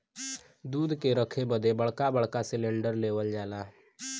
दूध के रखे बदे बड़का बड़का सिलेन्डर लेवल जाला